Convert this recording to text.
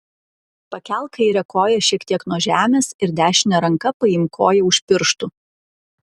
pakelk kairę koją šiek tiek nuo žemės ir dešine ranka paimk koją už pirštų